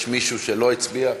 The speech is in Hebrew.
יש מישהו שלא הצביע?